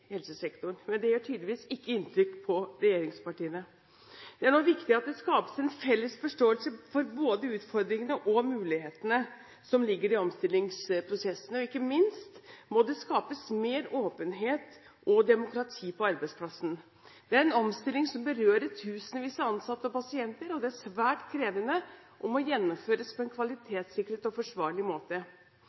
helsesektoren, men det gjør tydeligvis ikke inntrykk på regjeringspartiene. Det er nå viktig at det skapes en felles forståelse for både utfordringene og mulighetene som ligger i omstillingsprosessene. Ikke minst må det skapes mer åpenhet og demokrati på arbeidsplassen. Det er en omstilling som berører tusenvis av ansatte og pasienter. Det er svært krevende og må gjennomføres på en kvalitetssikret og forsvarlig måte.